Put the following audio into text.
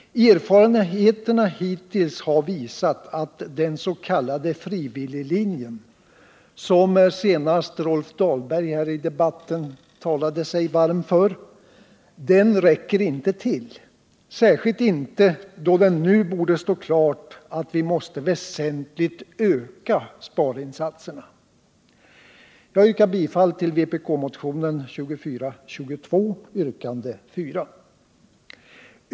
Erfarenheterna hittills har visat att den s.k. frivilliglinjen, som senast Rolf Dahlberg här i debatten talade sig varm för, inte räcker till, särskilt inte då det nu borde stå klart att vi måste väsentligt öka sparinsatserna. Jag yrkar bifall till vpk-motionen 2422, yrkande 4.